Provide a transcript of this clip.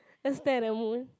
just stare at the moon